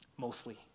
mostly